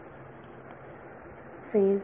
विद्यार्थी फेज